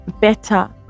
better